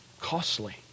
costly